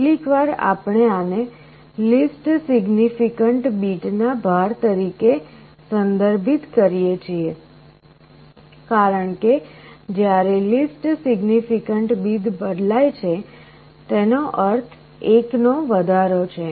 કેટલીકવાર આપણે આને લિસ્ટ સિગ્નિફિકન્ટ બીટના ભાર તરીકે સંદર્ભિત કરીએ છીએ કારણ કે જ્યારે લિસ્ટ સિગ્નિફિકન્ટ બીટ બદલાય છે તેનો અર્થ 1 નો વધારો છે